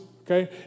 okay